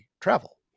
travel